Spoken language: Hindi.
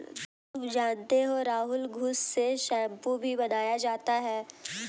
तुम जानते हो राहुल घुस से शैंपू भी बनाया जाता हैं